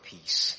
Peace